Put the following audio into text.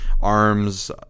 arms